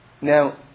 Now